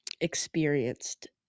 experienced